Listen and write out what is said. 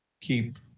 keep